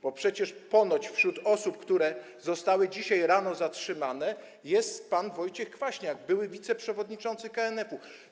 Bo przecież ponoć wśród osób, które zostały dzisiaj rano zatrzymane, jest pan Wojciech Kwaśniak, były wiceprzewodniczący KNF-u.